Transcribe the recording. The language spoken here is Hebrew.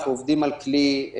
אנחנו עובדים על כלי,